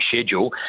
schedule